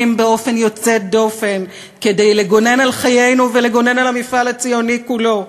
באופן יוצא דופן כדי לגונן על חיינו ולגונן על המפעל הציוני כולו.